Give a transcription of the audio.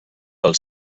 pel